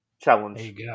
challenge